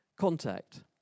Contact